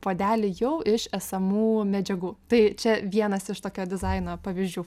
puodelį jau iš esamų medžiagų tai čia vienas iš tokio dizaino pavyzdžių